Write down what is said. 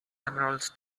emerald